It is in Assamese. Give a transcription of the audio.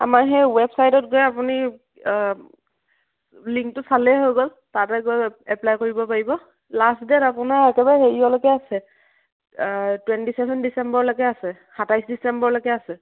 আমাৰ সেই ৱেবছাইটত গৈ আপুনি লিংকটো চালেই হৈ গ'ল তাতে গৈ এপ্লাই কৰিব পাৰিব লাষ্ট ডে'ট আপোনাৰ একেবাৰে হেৰিয়লৈকে আছে টুৱেণ্টি ছেভেন ডিচেম্বৰলৈকে আছে সাতাইছ ডিচেম্বৰলৈকে আছে